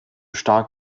stark